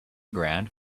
ground